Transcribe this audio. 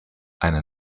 eine